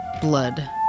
blood